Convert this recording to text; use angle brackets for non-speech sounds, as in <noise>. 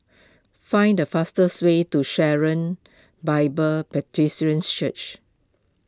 find the fastest way to Sharon Bible <unintelligible> Church